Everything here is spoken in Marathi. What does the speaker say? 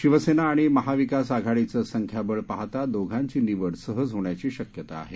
शिवसेना आणि महाविकास आघाडीचं संख्याबळ पाहता दोघांची निवड सहज होण्याची शक्यता आहे